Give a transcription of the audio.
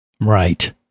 Right